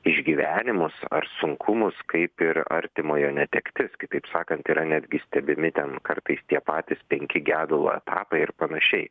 išgyvenimus ar sunkumus kaip ir artimojo netektis kitaip sakant yra netgi stebimi ten kartais tie patys penki gedulo etapai ir panašiai